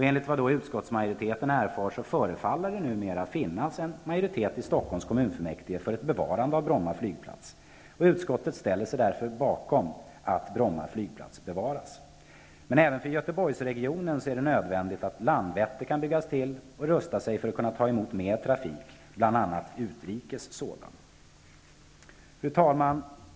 Enligt vad utskottsmajoriteten har erfarit förefaller det numera kunna finnas en majoritet i Stockholms kommunfullmäktige för ett bevarande av Bromma flygplats. Utskottet ställer sig därför bakom att Även för Göteborgsregionen är det nödvändigt att Landvetter kan byggas till och rustas för att kunna ta emot mer trafik, framför allt utrikes sådan. Fru talman!